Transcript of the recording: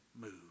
move